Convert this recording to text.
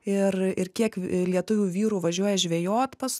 ir ir kiek lietuvių vyrų važiuoja žvejot pas